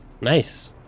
Nice